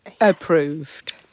approved